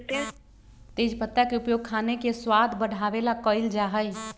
तेजपत्ता के उपयोग खाने के स्वाद बढ़ावे ला कइल जा हई